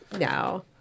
No